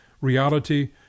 reality